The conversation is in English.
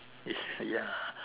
is ya